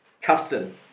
custom